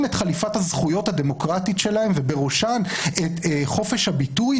את "חליפת הזכויות" הדמוקרטית שלהם ובראשה את חופש הביטוי,